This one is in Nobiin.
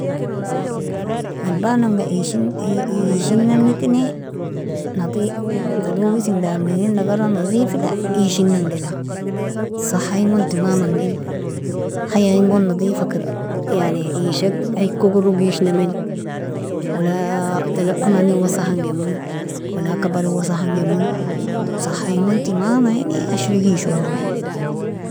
Ghalbaan'anga ishin ishinan'nekini nadif talowosin damenen agara, nadifila ishinan gena. Sahaingon timamangin, hayaingon nadifkir yani ishag ay kogorog ishnamen. Wala amanin wasakhangimun, wala kabarin wasakhangimun, sahaingon timamaini ashrig ishonamie.